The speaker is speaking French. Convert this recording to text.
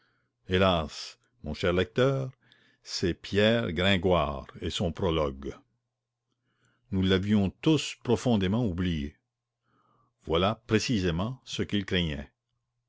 hélas mon cher lecteur c'est pierre gringoire et son prologue nous l'avions tous profondément oublié voilà précisément ce qu'il craignait